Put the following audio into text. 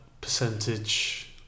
percentage